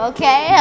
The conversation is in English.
Okay